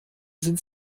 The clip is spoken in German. sind